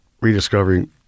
rediscovering